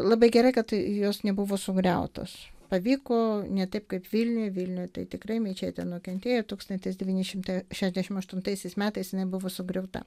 labai gerai kad tai jos nebuvo sugriautos pavyko ne taip kaip vilniuj vilniuj tai tikrai mečetė nukentėjo tūkstantis devyni šimtai šešiadešimt aštuntaisiais metais jinai buvo sugriauta